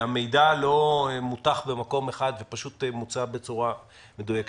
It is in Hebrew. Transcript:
שהמידע לא מוצג בצורה מדויקת.